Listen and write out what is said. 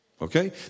Okay